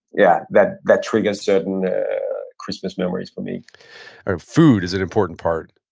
yeah that that triggers certain christmas memories for me ah food is an important part.